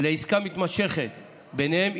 לעסקה מתמשכת ביניהם,